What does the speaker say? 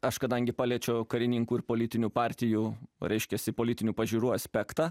aš kadangi paliečiau karininkų ir politinių partijų o reiškiasi politinių pažiūrų aspektą